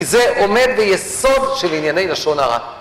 זה עומד ביסוד של ענייני לשון הרע.